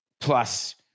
plus